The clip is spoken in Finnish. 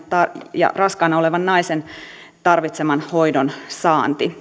ja raskaana olevan naisen tarvitseman hoidon saanti